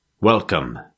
Welcome